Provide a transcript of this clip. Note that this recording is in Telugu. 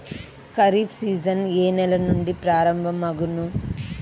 ఖరీఫ్ సీజన్ ఏ నెల నుండి ప్రారంభం అగును?